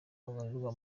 babarirwa